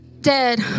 dead